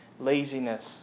Laziness